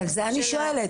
על זה אני שואלת.